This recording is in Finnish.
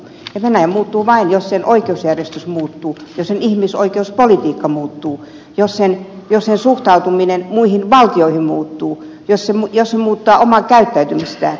ja venäjä muuttuu vain jos sen oikeusjärjestys muuttuu ja sen ihmisoikeuspolitiikka muuttuu jos sen suhtautuminen muihin valtioihin muuttuu jos se muuttaa omaa käyttäytymistään